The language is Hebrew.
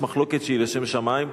יש מחלוקת שהיא לשם שמים.